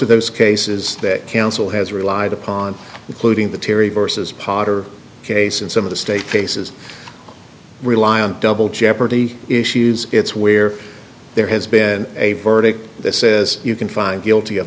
of those cases that counsel has relied upon including the terry versus potter case and some of the state cases rely on double jeopardy issues it's where there has been a verdict that says you can find guilty of